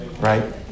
right